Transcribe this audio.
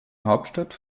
hauptstadt